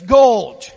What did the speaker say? gold